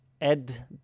ed